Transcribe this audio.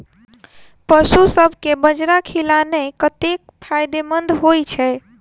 पशुसभ केँ बाजरा खिलानै कतेक फायदेमंद होइ छै?